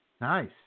Nice